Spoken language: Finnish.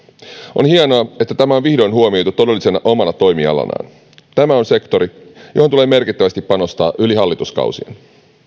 on hienoa että tämä on vihdoin huomioitu todellisena omana toimialanaan tämä on sektori johon tulee merkittävästi panostaa yli hallituskausien